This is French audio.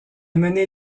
mené